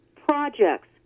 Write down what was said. projects